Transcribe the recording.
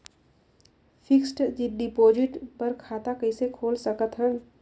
Fixed deposit बर खाता कइसे खोल सकत हन?